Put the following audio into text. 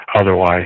otherwise